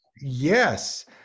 yes